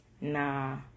nah